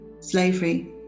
Slavery